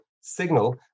signal